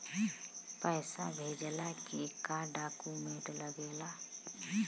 पैसा भेजला के का डॉक्यूमेंट लागेला?